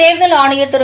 தேர்தல் ஆணையர் திரு